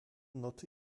notu